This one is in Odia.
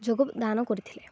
ଯୋଗଦାନ କରିଥିଲେ